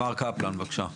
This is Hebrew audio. מר קפלן בבקשה תסיים.